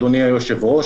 אדוני היושב-ראש,